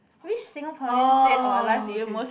which Singaporean dead or alive do you most